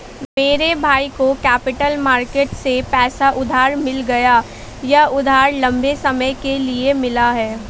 मेरे भाई को कैपिटल मार्केट से पैसा उधार मिल गया यह उधार लम्बे समय के लिए मिला है